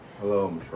Hello